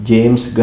James